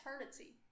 eternity